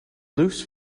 loose